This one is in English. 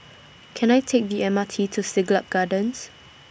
Can I Take The M R T to Siglap Gardens